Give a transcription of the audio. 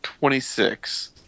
Twenty-six